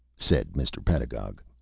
said mr. pedagog.